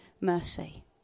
mercy